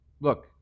Look